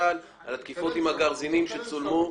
למשל לגבי התקיפות עם הגרזנים שצולמו,